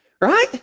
right